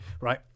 right